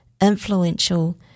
influential